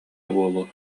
буолуо